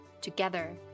together